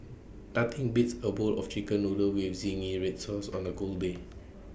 nothing beats A bowl of Chicken Noodles with Zingy Red Sauce on A cold day